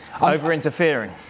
over-interfering